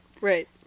Right